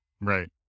Right